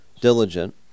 diligent